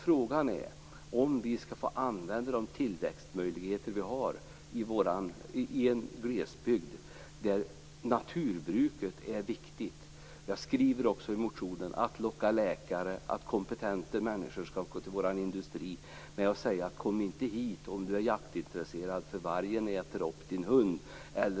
Frågan är om vi skall få använda de tillväxtmöjligheter vi har i en glesbygd där naturbruket är viktigt. Som jag skriver i interpellationen: Det kan vara svårt att locka läkare eller kompetenta människor till vår industri med att säga: Kom inte hit om du är jaktintresserad, för vargen äter upp din hund.